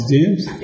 James